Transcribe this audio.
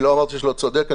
לא אמרתי לא צודק.